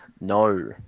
No